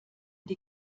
die